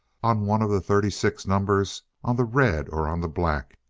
on one of the thirty-six numbers, on the red or on the black,